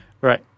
Right